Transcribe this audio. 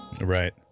Right